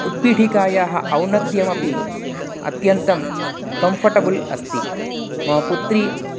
उत्पीठिकायाः औन्नत्यमपि अत्यन्तं कम्फ़र्टबल् अस्ति मम पुत्री